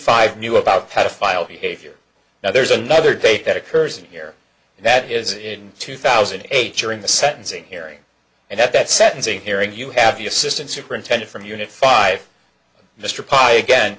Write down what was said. five knew about pedophile behavior now there's another date that occurs here and that is in two thousand and eight year in the sentencing hearing and at that sentencing hearing you have the assistant superintendent from unit five mr pike again